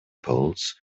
polls